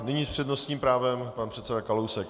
Nyní s přednostním právem pan předseda Kalousek.